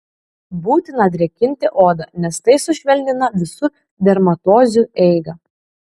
būtina drėkinti odą nes tai sušvelnina visų dermatozių eigą